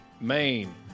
Maine